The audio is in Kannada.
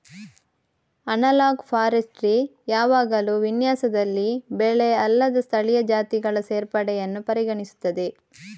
ಅನಲಾಗ್ ಫಾರೆಸ್ಟ್ರಿ ಯಾವಾಗಲೂ ವಿನ್ಯಾಸದಲ್ಲಿ ಬೆಳೆ ಅಲ್ಲದ ಸ್ಥಳೀಯ ಜಾತಿಗಳ ಸೇರ್ಪಡೆಯನ್ನು ಪರಿಗಣಿಸುತ್ತದೆ